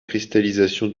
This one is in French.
cristallisation